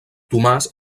tomàs